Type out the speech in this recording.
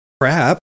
crap